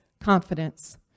confidence